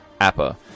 APA